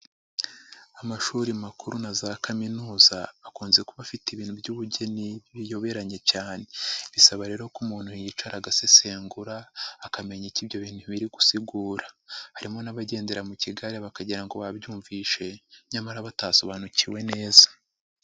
Amashuri makuru na za kaminuza akunze kuba afite ibintu by'ubugeni biyoberanye cyane, bisaba rero ko umuntu yicara agasesengura akamenya icyo ibyo bintu biri gusigura, harimo n'abagendera mu kigare bakagira ngo babyumvishe nyamara batasobanukiwe neza.